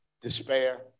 despair